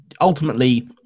ultimately